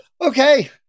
okay